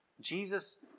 Jesus